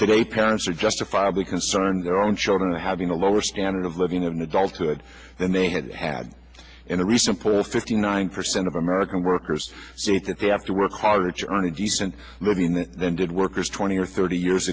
today parents are justifiably concerned their own children having a lower standard of living in adulthood than they had had in a recent poll fifty nine percent of american workers say that they have to work harder to earn a decent living then did workers twenty or thirty years